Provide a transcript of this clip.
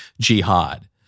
jihad